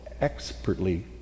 expertly